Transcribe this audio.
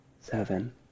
seven